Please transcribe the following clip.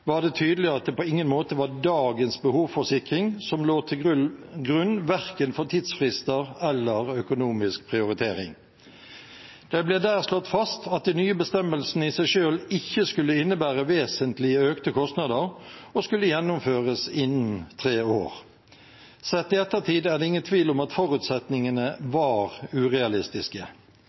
var det tydelig at det på ingen måte var dagens behov for sikring som lå til grunn verken for tidsfrister eller økonomisk prioritering. Det ble der slått fast at de nye bestemmelsene i seg selv ikke skulle innebære vesentlig økte kostnader og skulle gjennomføres innen tre år. Sett i ettertid er det ingen tvil om at forutsetningene var urealistiske.